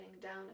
down